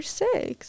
six